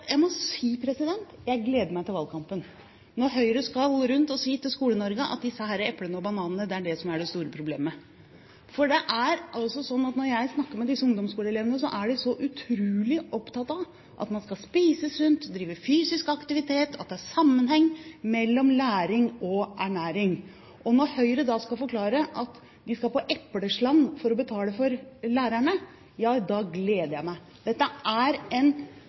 Jeg må si at jeg gleder meg til valgkampen, når Høyre skal rundt til Skole-Norge og si at det er disse eplene og bananene som er det store problemet. For når jeg snakker med ungdomsskoleelevene, er de så utrolig opptatt av at man skal spise sunt og drive med fysisk aktivitet, og at det er sammenheng mellom læring og ernæring. At Høyre da skal forklare at de skal på epleslang for å betale for lærerne, gleder jeg meg til. For det er en